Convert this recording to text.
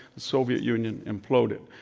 soviet union imploded.